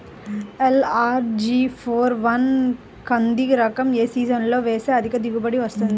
LRG four one కంది రకం ఏ సీజన్లో వేస్తె అధిక దిగుబడి వస్తుంది?